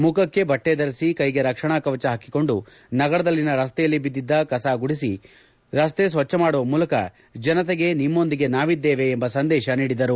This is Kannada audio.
ಮುಖಕ್ಕೆ ಬಟ್ಟೆ ಧರಿಸಿ ಕೈಗೆ ರಕ್ಷಣಾ ಕವಚ ಹಾಕಿಕೊಂಡು ನಗರದಲ್ಲಿನ ರಸ್ತೆಯಲ್ಲಿ ಬಿದ್ದ ಕಸ ಗೂಡಿಸಿ ರಸ್ತೆ ಸ್ವಚ್ವ ಮಾಡುವ ಮೂಲಕ ಜನತೆಗೆ ನಿಮ್ಮೊಂದಿಗೆ ನಾವಿದ್ದೇವೆ ಎಂಬ ಸಂದೇಶ ನೀಡಿದ್ದರು